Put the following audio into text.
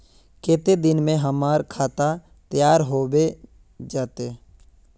केते दिन में हमर खाता तैयार होबे जते?